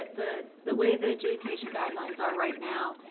the the way the adjudication guidelines are right now,